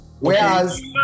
Whereas